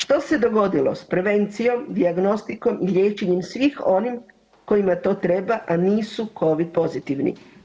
Što se dogodilo sa prevencijom, dijagnostikom i liječenjem svih onih kojima to treba a nisu covid pozitivni.